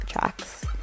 tracks